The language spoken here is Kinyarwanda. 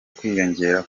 kwiyongera